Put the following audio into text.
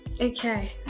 okay